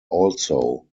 also